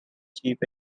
chief